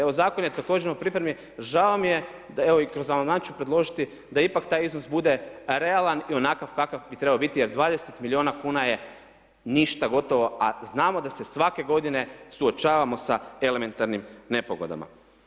Evo, zakon je također u pripremi, žao mi je, evo i kroz amandman ću predložiti, da ipak taj iznos bude realan i onakav kakav bi trebao biti, jer 20 milijuna kn, je ništa gotovo, a znamo da se svake g. suočavamo sa elementarnim nepogodama.